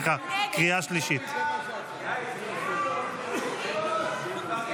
חוק תקציב נוסף לשנת הכספים 2024 (מס' 3),